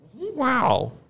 Wow